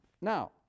Now